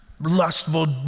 Lustful